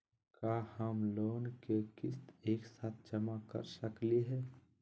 का हम लोन के किस्त एक साथ जमा कर सकली हे?